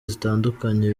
zitandukanye